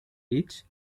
beach